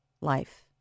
life